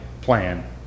plan